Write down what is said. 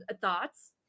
Thoughts